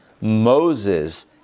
Moses